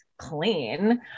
clean